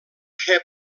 què